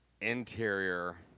Interior